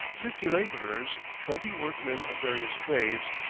fifty labourers, twenty workmen of various trades,